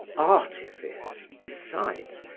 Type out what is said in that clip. artifice, besides,